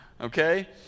okay